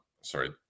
Sorry